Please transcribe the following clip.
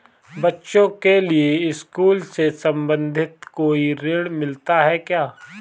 बच्चों के लिए स्कूल से संबंधित कोई ऋण मिलता है क्या?